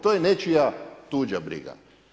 To je nečija tuđa briga.